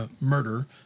murder